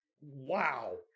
Wow